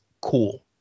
cool